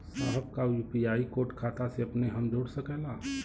साहब का UPI code खाता से अपने हम जोड़ सकेला?